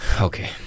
Okay